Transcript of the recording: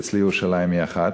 כי אצלי ירושלים היא אחת.